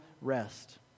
rest